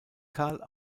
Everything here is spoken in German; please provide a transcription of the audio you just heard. carl